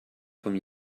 von